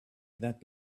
that